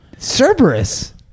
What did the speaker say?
Cerberus